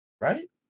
right